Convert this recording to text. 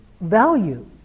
value